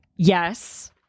Yes